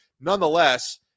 nonetheless